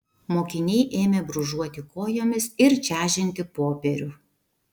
mokiniai ėmė brūžuoti kojomis ir čežinti popierių